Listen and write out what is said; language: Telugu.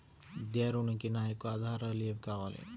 విద్యా ఋణంకి నా యొక్క ఆధారాలు ఏమి కావాలి?